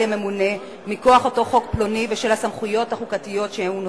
הממונה מכוח אותו חוק פלוני ושל הסמכויות החוקתיות שהוא נושא.